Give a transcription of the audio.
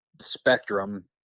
spectrum